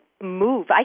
move